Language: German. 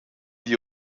die